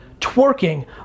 twerking